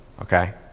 okay